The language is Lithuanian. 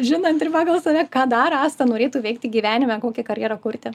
žinant ir pagal save ką dar asta norėtų veikti gyvenime kokią karjerą kurti